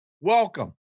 welcome